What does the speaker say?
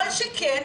כל שכן,